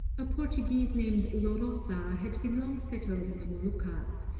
a portuguese named lorosa had been long settled in the moluccas,